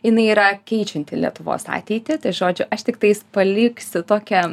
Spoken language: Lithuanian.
jinai yra keičianti lietuvos ateitį žodžiu aš tiktais paliksi tokią